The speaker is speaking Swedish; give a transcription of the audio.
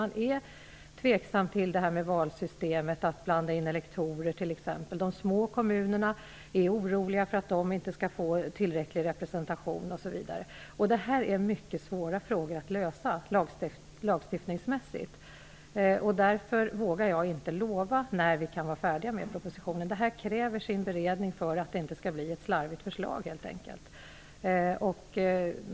Man är tveksam till valsystemet, bl.a. till inblandning av elektorer. De små kommunerna är oroliga för att de inte skall få tillräcklig representation osv. Detta är frågor som är mycket svåra att lösa lagstiftningsmässigt. Jag vågar därför inte lova något om när vi kommer att vara färdiga med propositionen. Det krävs en beredning, helt enkelt därför att det inte skall bli ett slarvigt förslag.